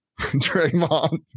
Draymond